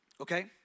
Okay